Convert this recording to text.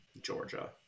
georgia